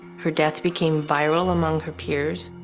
her death became viral among her peers,